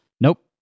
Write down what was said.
Nope